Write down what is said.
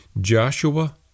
Joshua